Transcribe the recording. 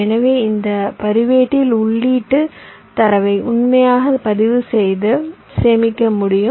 எனவே இந்த பதிவேட்டில் உள்ளீட்டு தரவை உண்மையாக பதிவுசெய்து சேமிக்க முடியும்